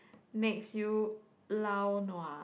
makes you lao nua